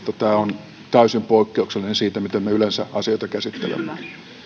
tämä on täysin poikkeuksellinen siihen nähden miten me yleensä asioita käsittelemme